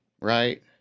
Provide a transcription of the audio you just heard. right